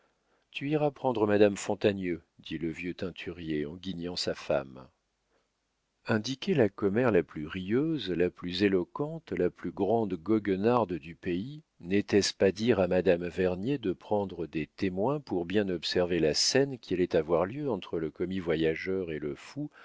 tu iras prendre madame fontanieu dit le vieux teinturier en guignant sa femme indiquer la commère la plus rieuse la plus éloquente la plus grande goguenarde du pays n'était-ce pas dire à madame vernier de prendre des témoins pour bien observer la scène qui allait avoir lieu entre le commis-voyageur et le fou